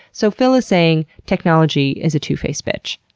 so, phil is saying technology is a two-faced bitch.